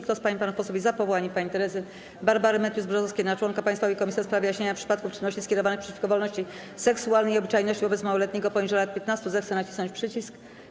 Kto z pań i panów posłów jest za powołaniem pani Teresy Barbary Matthews-Brzozowskiej na członka Państwowej Komisji do spraw wyjaśniania przypadków czynności skierowanych przeciwko wolności seksualnej i obyczajności wobec małoletniego poniżej lat 15, zechce nacisnąć przycisk.